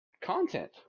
content